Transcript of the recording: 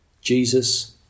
Jesus